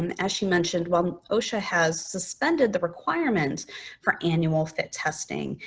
um as she mentioned, while osha has suspended the requirement for annual fit testing,